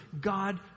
God